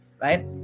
right